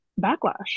backlash